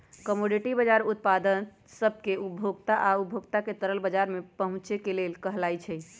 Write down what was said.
commodity बजार उत्पाद सब के उत्पादक आ उपभोक्ता के तरल बजार में पहुचे के लेल कहलाई छई